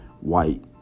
white